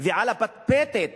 ועל הפטפטת